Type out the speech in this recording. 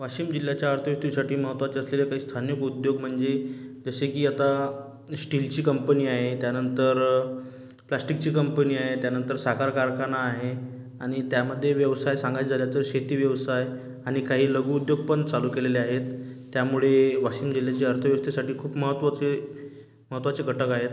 वाशिम जिल्ह्याच्या अर्थव्यवस्थेसाठी महत्त्वाचे असलेले काही स्थानिक उद्योग म्हणजे जसे की आता स्टीलची कंपनी आहे त्यानंतर प्लॅस्टिकची कंपनी आहे त्यानंतर साखर कारखाना आहे आणि त्यामध्ये व्यवसाय सांगायचे झाले तर शेती व्यवसाय आणि काही लघुउद्योग पण चालू केलेले आहेत त्यामुळे वाशिम जिल्ह्याच्या अर्थव्यवस्थेसाठी खूप महत्त्वाचे महत्त्वाचे घटक आहेत